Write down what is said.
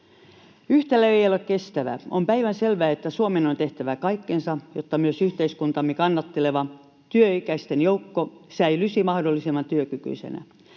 Yhtälö ei ole kestävä. On päivänselvää, että Suomen on tehtävä kaikkensa, jotta myös yhteiskuntaamme kannatteleva työikäisten joukko säilyisi mahdollisimman työkykyisenä.